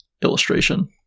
illustration